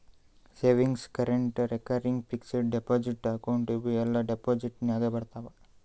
savings, current, recurring, fixed deposit account ಇವೂ ಎಲ್ಲಾ deposit ನಾಗೆ ಬರ್ತಾವ್